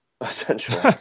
essentially